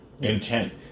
intent